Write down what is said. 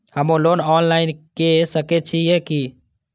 हमू loan online के सके छीये की?